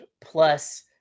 plus